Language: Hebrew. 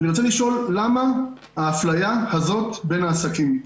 אני רוצה לשאול: למה האפליה הזאת בין העסקים?